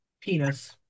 penis